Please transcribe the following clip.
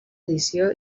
edició